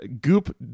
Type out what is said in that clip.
goop